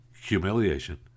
humiliation